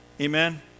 Amen